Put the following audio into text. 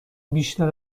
بیشتر